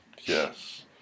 Yes